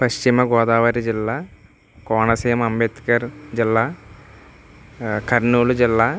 పశ్చిమగోదావరి జిల్లా కోనసీమ అంబేద్కర్ జిల్లా కర్నూలు జిల్లా